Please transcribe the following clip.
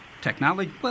technology